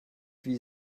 wie